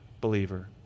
believer